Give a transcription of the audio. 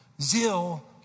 zeal